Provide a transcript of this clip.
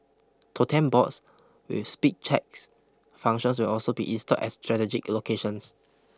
totem boards with speed checks functions will also be installed at strategic locations